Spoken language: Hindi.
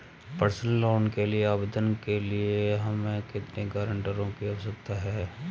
पर्सनल लोंन के लिए आवेदन करने के लिए हमें कितने गारंटरों की आवश्यकता है?